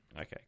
Okay